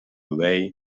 way